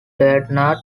lieutenant